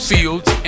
Fields